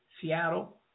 Seattle